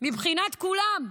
מבחינת כולם,